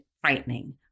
frightening